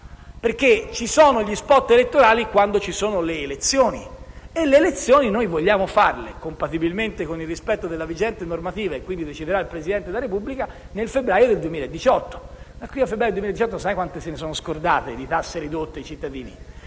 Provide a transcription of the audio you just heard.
ci sono gli *spot* elettorali quando ci sono le elezioni e le prossime elezioni, compatibilmente con il rispetto della vigente normativa (e quindi deciderà il Presidente della Repubblica), saranno nel febbraio 2018. Da qui al 2018 sai quante se ne sono scordate di tasse ridotte i cittadini?